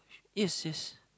yes yes